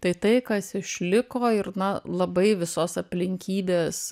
tai tai kas išliko ir na labai visos aplinkybės